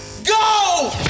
Go